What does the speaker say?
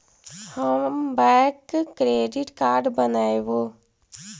हम bank credit card बनैवो?